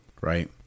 Right